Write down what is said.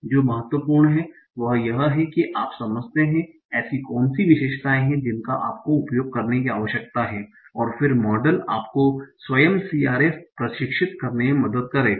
जो महत्वपूर्ण है वह यह है कि आप समझते हैं ऐसी कौन सी विशेषताएं हैं जिनका आपको उपयोग करने की आवश्यकता है और फिर मॉडल आपको स्वयं CRF प्रशिक्षित करने में मदद करेगा